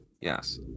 Yes